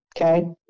okay